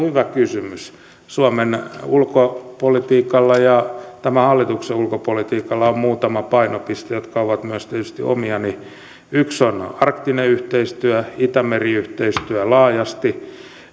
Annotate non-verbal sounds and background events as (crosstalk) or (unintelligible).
(unintelligible) hyvä kysymys suomen ulkopolitiikalla ja tämän hallituksen ulkopolitiikalla on muutama painopiste jotka ovat tietysti myös omiani yksi on arktinen yhteistyö itämeri yhteistyö laajasti